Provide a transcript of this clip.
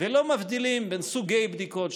ולא מבדילים בין סוגי בדיקות שונים,